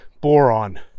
Boron